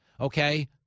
okay –